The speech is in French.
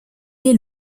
est